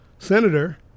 Senator